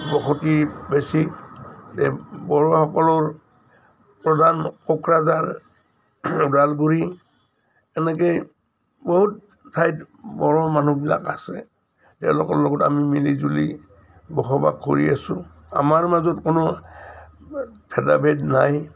বসতি বেছি বড়োসকলৰ প্ৰধান কোকৰাঝাৰ ওদালগুৰি এনেকৈয়ে বহুত ঠাইত বড়ো মানুহবিলাক আছে তেওঁলোকৰ লগত আমি মিলি জুলি বসবাস কৰি আছোঁ আমাৰ মাজত কোনো ভেদাভেদ নাই